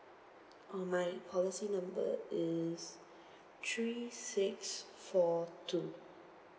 uh my policy number is three six four two